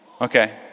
Okay